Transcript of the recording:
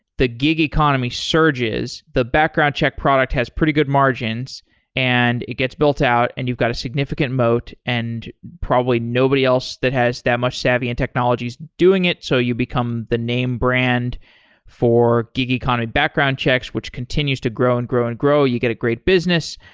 the gig economy surges. the background check product has pretty good margins and it gets built out and you've got a significant moat and probably nobody else that has that much savvy and technology is doing it. so you become the name brand for gig economy background checks, which continues to grow and grow and grow. you get a great business.